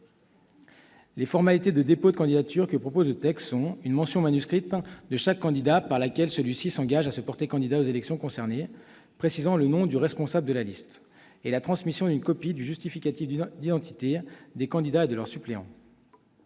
Les formalités de dépôt de candidatures que propose le texte sont : une mention manuscrite de chaque candidat par laquelle celui-ci s'engage à se porter candidat aux élections concernées, précisant le nom du responsable de la liste, et la transmission d'une copie du justificatif d'identité des candidats et de leurs suppléants.